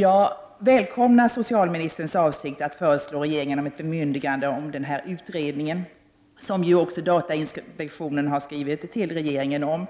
Jag välkomnar socialministerns avsikt att föreslå att regeringen ger ett bemyndigande om ett särskilt utredningsuppdrag, vilket även datainspektionen har skrivit till regeringen om.